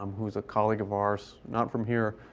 um who was a colleague of ours, not from here.